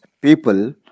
people